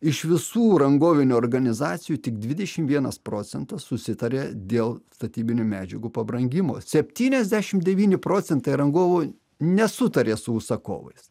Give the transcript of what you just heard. iš visų rangovinių organizacijų tik dvidešim vienas procentas susitarė dėl statybinių medžiagų pabrangimo septyniasdešim devyni procentai rangovų nesutarė su užsakovais